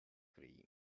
cream